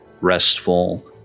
restful